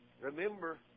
Remember